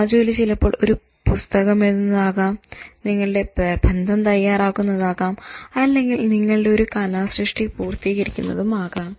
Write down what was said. ആ ജോലി ചിലപ്പോൾ ഒരു പുസ്തകം എഴുതുന്നതാകാം നിങ്ങളുടെ പ്രബന്ധം തയ്യാറാക്കുന്നതാകാം അല്ലെങ്കിൽ നിങ്ങളുടെ ഒരു കലാസൃഷ്ടി പൂർത്തീകരിക്കുന്നതാകാം